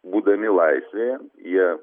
būdami laisvėje jie